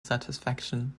satisfaction